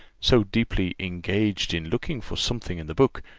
so deeply engaged in looking for something in the book,